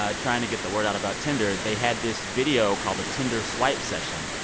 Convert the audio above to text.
ah trying to get the word out about tinder they had this video called a tinder swipe session.